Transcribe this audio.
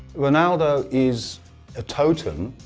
ronaldo is a totem.